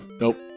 Nope